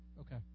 Okay